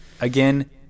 again